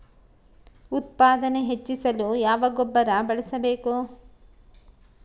ಉತ್ಪಾದನೆ ಹೆಚ್ಚಿಸಲು ಯಾವ ಗೊಬ್ಬರ ಬಳಸಬೇಕು?